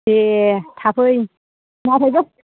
दे थाफै नाथायबा